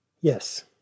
Yes